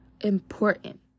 important